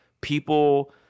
People